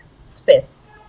space